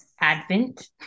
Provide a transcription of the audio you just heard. advent